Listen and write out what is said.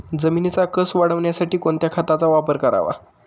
जमिनीचा कसं वाढवण्यासाठी कोणत्या खताचा वापर करावा?